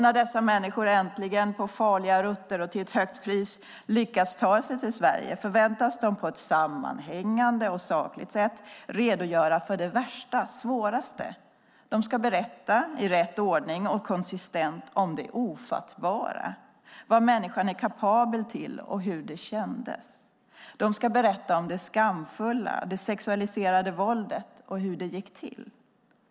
När dessa människor äntligen på farliga rutter och till ett högt pris lyckats ta sig till Sverige förväntas de på ett sammanhängande och sakligt sätt kunna redogöra för det värsta och svåraste. De ska i rätt ordning och konsistent berätta om det ofattbara, vad människan är kapabel till och hur det kändes. De ska berätta om det skamfulla, det sexualiserade våldet och hur det gick till.